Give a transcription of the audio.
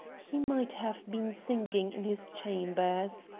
he might have been singing in his chambers.